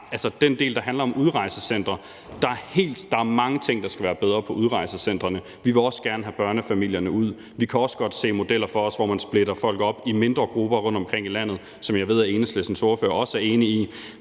enegang. Jeg synes også, der er mange ting, der skal være bedre på udrejsecentrene. Vi vil også gerne have børnefamilierne ud. Vi kan også godt se modeller for os, hvor man splitter folk op i mindre grupper rundtomkring i landet, og jeg ved, at Enhedslistens ordfører også er enig i